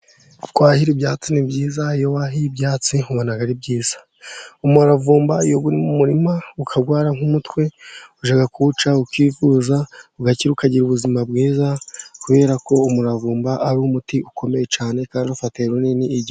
Kwahira ibyatsi ni byiza ,iyo wahiye ibyatsi ubona ari byiza. Umuravumba iyo uri mu murima ukarwara nk'umutwe, ujya kuwuca ,ukivuza ,ugakira ,ukagira ubuzima bwiza ,kubera ko umuravumba ari umuti ukomeye cyane, kandi ufataye runini igihugu.